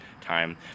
time